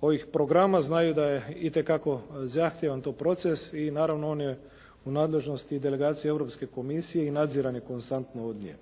ovih programa znaju da je itekako zahtjevan to proces i naravno on je u nadležnosti delegacije Europske komisije i nadziran je konstantno od nje.